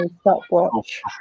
stopwatch